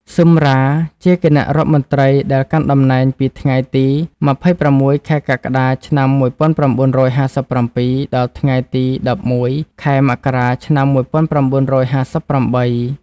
ស៊ឹម រ៉ា ជាគណៈរដ្ឋមន្ត្រីដែលកាន់តំណែងពីថ្ងៃទី ២៦ ខែកក្កដា ឆ្នាំ១៩៥៧ ដល់ថ្ងៃទី ១១ ខែមករា ឆ្នាំ១៩៥៨។